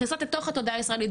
מכניסות לתוך התודעה הישראלית.